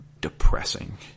depressing